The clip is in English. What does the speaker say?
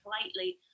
politely